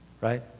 right